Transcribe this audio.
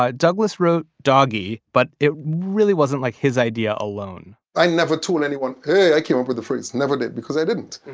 douglas wrote doggy but it really wasn't like his idea alone i never told anyone, hey, i came up with the phrase. never did, because i didn't.